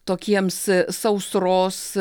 tokiems sausros